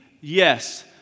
Yes